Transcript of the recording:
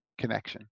connection